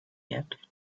yet